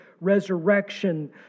resurrection